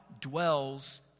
dwells